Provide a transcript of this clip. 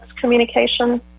communication